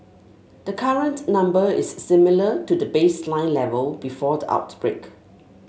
the current number is similar to the baseline level before the outbreak